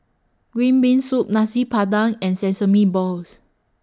Green Bean Soup Nasi Padang and Sesame Balls